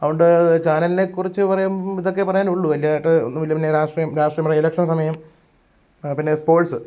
അത്കൊണ്ട് ചാനലിനെക്കുറിച്ച് പറയുമ്പം ഇതൊക്കെയേ പറയാനുള്ളു വലുതായിട്ട് ഒന്നുമില്ല പിന്നെ രാഷ്ട്രീയം രാഷ്ട്രീയം നമ്മുടെ ഇലക്ഷന് സമയം പിന്നെ സ്പോഴ്സ്